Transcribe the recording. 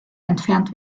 entfernt